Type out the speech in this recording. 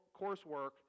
coursework